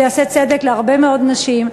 זה יעשה צדק עם הרבה מאוד נשים.